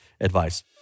advice